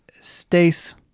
Stace